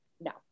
No